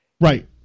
right